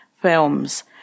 films